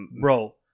Bro